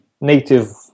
native